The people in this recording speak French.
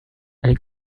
elle